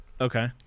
Okay